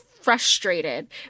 frustrated